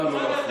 נא לא להפריע.